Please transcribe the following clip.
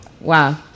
Wow